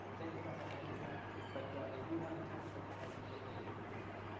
they just don't have any of that. but they do have the technical colleges that they recruit from.